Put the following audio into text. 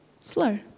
slow